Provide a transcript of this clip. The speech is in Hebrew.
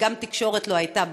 וגם תקשורת לא הייתה,